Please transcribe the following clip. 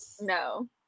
No